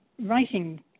writing